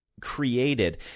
created